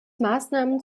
maßnahmen